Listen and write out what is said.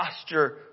posture